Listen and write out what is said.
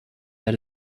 that